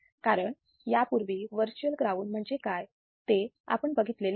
कारण तुम्ही यापूर्वी वर्च्युअल ग्राउंड म्हणजे काय ते बघितलेले आहे